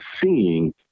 seeing